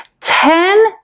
Ten